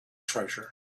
treasure